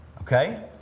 Okay